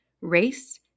Race